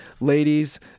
Ladies